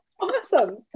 awesome